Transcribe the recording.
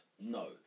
No